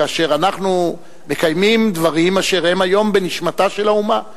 כאשר אנחנו מקיימים דברים שהם היום בנשמתה של האומה,